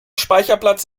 speicherplatz